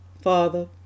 Father